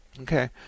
okay